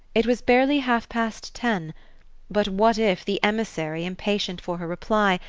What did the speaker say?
it was barely half-past ten but what if the emissary, impatient for her reply,